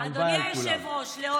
הלוואי על כולם.